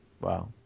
Wow